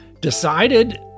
decided